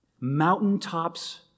Mountaintops